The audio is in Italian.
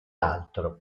altro